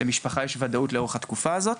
למשפחה יש וודאות לכל אורך התקופה הזאת